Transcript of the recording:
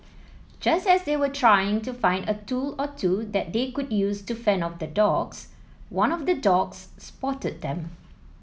just as they were trying to find a tool or two that they could use to fend off the dogs one of the dogs spotted them